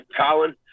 Colin